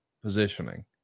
positioning